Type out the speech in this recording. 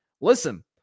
listen